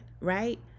right